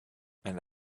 and